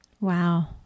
Wow